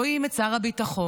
רואים את שר הביטחון,